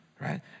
right